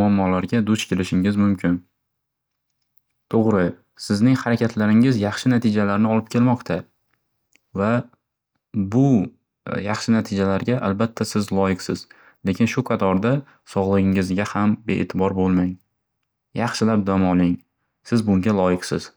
muammolarga duch kelishingiz mumkin. To'g'ri, sizning natijalaringiz yaxshi natijalarni olib kelmoqda va bu yaxshi natijalarga albatda siz loyiqsiz. Lekin shu qatorda, sog'lig'ingizga ham beetibor bo'lmang. Yaxshilab dam oling. Siz bunga loyiqsiz.